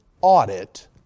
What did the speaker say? audit